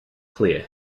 clear